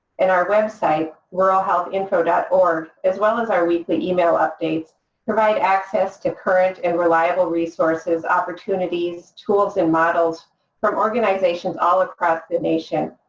and our website, ruralhealthinfo org, as well as our weekly email updates provide access to current and reliable resources, opportunities, tools and models from organizations all across the nation.